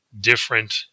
different